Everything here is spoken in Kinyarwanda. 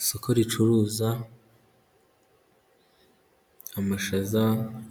Isoko ricuruza, amashaza,